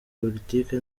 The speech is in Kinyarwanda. politiki